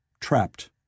trapped